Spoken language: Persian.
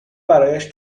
برایش